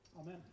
Amen